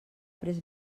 pres